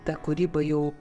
ta kūryba jau